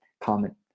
comment